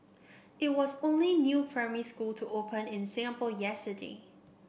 it was the only new primary school to open in Singapore yesterday